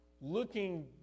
looking